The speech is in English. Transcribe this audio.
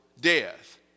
death